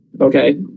Okay